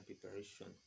preparation